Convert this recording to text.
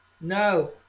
No